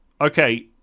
okay